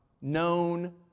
known